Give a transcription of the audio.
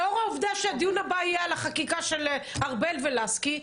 לאור העובדה שהדיון הבא יהיה על החקיקה של ארבל ולסקי,